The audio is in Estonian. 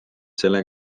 selle